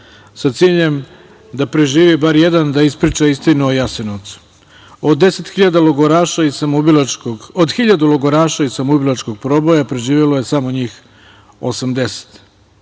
sa ciljem da preživi bar jedan da ispriča istinu o Jasenovcu. Od hiljadu logoraša iz samoubilačkog proboja preživelo je samo njih 80,